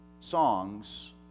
songs